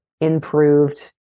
improved